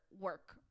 work